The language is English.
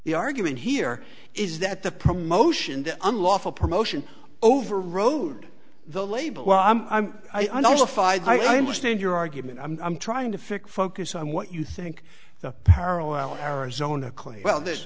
the argument here is that the promotion unlawful promotion overrode the label well i'm i notified i understand your argument i'm trying to fix focus on what you think the parallel arizona clay well there's